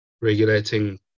regulating